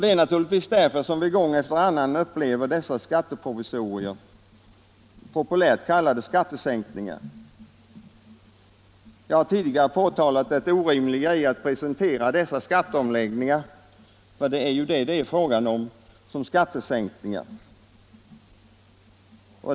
Det är naturligtvis också därför som vi gång efter annan upplever dessa skatteprovisorier, populärt kallade skattesänkningar. Jag har tidigare påtalat det orimliga i att presentera dessa skatteomläggningar som skattesänkningar.